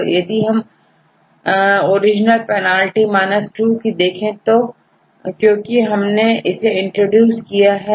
तो यदि हम ओरिजिनेशन पेनाल्टी 2 की देखें क्योंकि हमने इसे इंट्रोड्यूस किया है